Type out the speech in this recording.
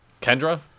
Kendra